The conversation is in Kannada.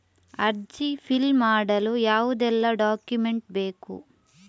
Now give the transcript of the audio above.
ಅರ್ಜಿ ಫಿಲ್ ಮಾಡಲು ಯಾವುದೆಲ್ಲ ಡಾಕ್ಯುಮೆಂಟ್ ಬೇಕು?